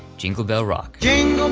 jingle bell rock.